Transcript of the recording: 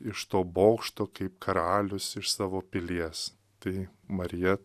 iš to bokšto kaip karalius iš savo pilies tai marija